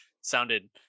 sounded